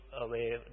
away